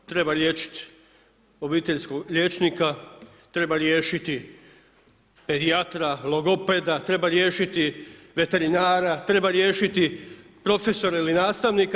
Treba riješiti obiteljskog liječnika, treba riješiti, pedijatra, logopeda, treba riješiti veterinara, treba riješiti profesore ili nastavnika.